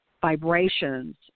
vibrations